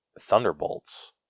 Thunderbolts